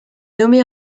nommée